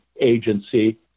agency